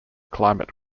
climate